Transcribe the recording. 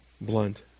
blunt